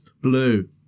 Blue